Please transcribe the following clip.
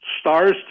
stars